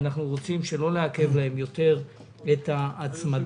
ואנחנו רוצים שלא לעכב להם יותר את ההצמדה.